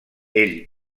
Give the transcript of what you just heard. ell